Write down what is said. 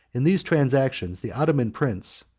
in these transactions, the ottoman prince,